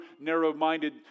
narrow-minded